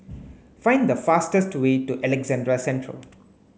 find the fastest way to Alexandra Central